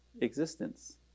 existence